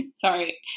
sorry